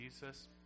Jesus